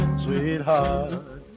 sweetheart